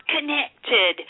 connected